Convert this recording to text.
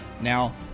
Now